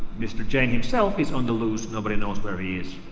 mr. jain himself is on the loose nobody knows where he is.